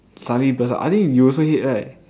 suddenly burst out I think you also hate right